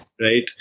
Right